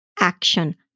action